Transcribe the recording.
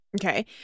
Okay